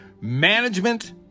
management